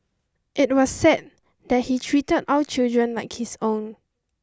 it was said that he treated all children like his own